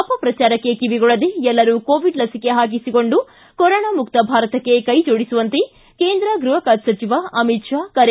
ಅಪಪ್ರಚಾರಕ್ಕೆ ಕಿವಿಗೊಡದೇ ಎಲ್ಲರೂ ಕೋವಿಡ್ ಲಸಿಕೆ ಹಾಕಿಸಿಕೊಂಡು ಕೊರೊನಾಮುಕ್ತ ಭಾರತಕ್ಕೆ ಕೈಜೋಡಿಸುವಂತೆ ಕೇಂದ್ರ ಗೃಹ ಖಾತೆ ಸಚಿವ ಅಮಿತ್ ಶಾ ಕರೆ